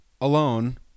alone